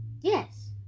Yes